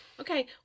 okay